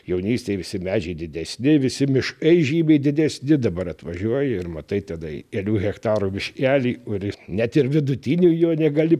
jaunystėj visi medžiai didesni visi miškai žymiai didesni dabar atvažiuoji ir matai tenai kelių hektarų miškelį kuris net ir vidutiniu jo negali